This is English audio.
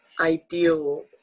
ideal